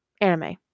anime